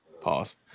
Pause